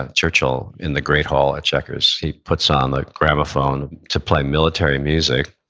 ah churchill in the great hall at chequers, he puts on the gramophone to play military music,